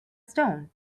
stone